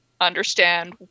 understand